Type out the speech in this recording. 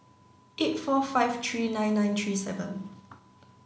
eight four five three nine nine three seven